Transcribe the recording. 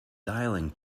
dialling